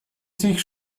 sich